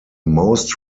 most